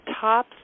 top